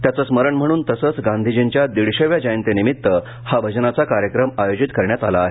त्याचं स्मरण म्हणून तसच गांधीजींच्या दीडशेव्या जयंतीनिमित्त हा भजनाचा कार्यक्रम आयोजित करण्यात आला आहे